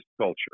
culture